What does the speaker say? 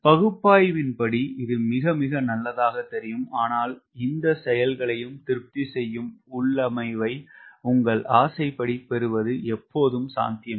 பகுப்பாய்வின் படி இது மிக மிக நல்லதாக தெரியும் ஆனால் இந்த செயல்களையும் திருப்தி செய்யும் உள்ளமைவை உங்கள் ஆசை படி பெறுவது எப்போதும் சாத்தியமில்லை